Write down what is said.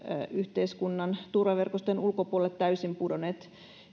yhteiskunnan turvaverkoston ulkopuolelle täysin pudonneita